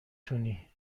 تونی